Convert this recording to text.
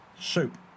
Soup